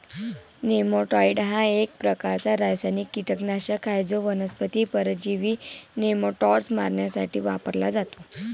नेमॅटाइड हा एक प्रकारचा रासायनिक कीटकनाशक आहे जो वनस्पती परजीवी नेमाटोड्स मारण्यासाठी वापरला जातो